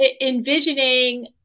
Envisioning